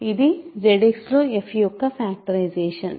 ఇది ZXలో f యొక్క ఫ్యాక్టరైజేషన్